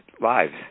lives